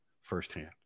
firsthand